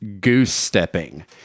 goose-stepping